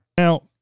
Now